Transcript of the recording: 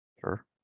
Sure